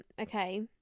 Okay